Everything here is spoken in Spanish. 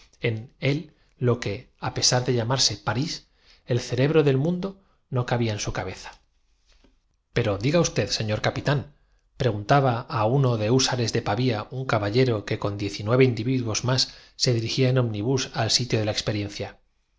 gusto él lo que á pesar de llamarse parís el cerebro del no niegoobjetaba un mundo no cabla en su cabeza cuartoque es maravilla y grande surcar á medida del deseo las corrientes at pero diga usted señor capitánpreguntaba á uno mosféricas pero esto más tarde ó más temprano hu de húsares de pavía un caballero que con diez y nueve biera acabado por hacerse lo que no concibe la inte individuos más se dirigía en ómnibus al sitio de la ex